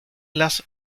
las